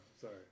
Sorry